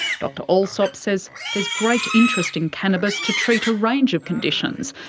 dr allsop says there's great interest in cannabis to treat a range of conditions,